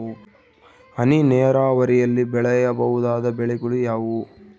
ಹನಿ ನೇರಾವರಿಯಲ್ಲಿ ಬೆಳೆಯಬಹುದಾದ ಬೆಳೆಗಳು ಯಾವುವು?